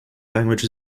language